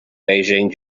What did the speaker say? beijing